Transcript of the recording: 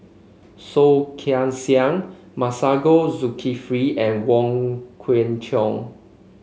Soh Kay Siang Masagos Zulkifli and Wong Kwei Cheong